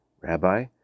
Rabbi